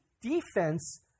defense